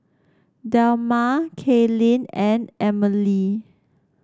Delmar Kaylyn and Emelie